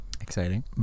Exciting